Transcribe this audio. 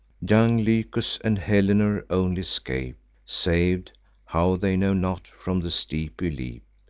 young lycus and helenor only scape sav'd how, they know not from the steepy leap.